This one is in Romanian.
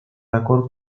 acord